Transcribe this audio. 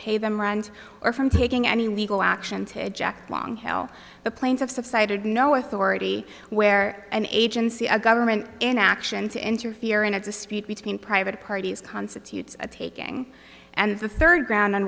pay them around or from taking any legal action to eject long hill the planes have subsided no authority where an agency a government inaction to interfere in a dispute between private parties constitutes a taking and the third ground on